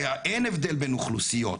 שאין הבדל בין אוכלוסיות,